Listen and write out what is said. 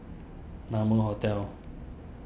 Naumi Hotel